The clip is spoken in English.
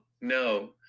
no